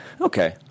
okay